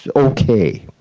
okay.